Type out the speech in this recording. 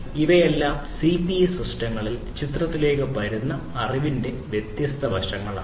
അതിനാൽ ഇവയെല്ലാം സിപിഎസ് സിസ്റ്റങ്ങളിൽ ചിത്രത്തിലേക്ക് വരുന്ന അറിവിന്റെ വ്യത്യസ്ത വശങ്ങളാണ്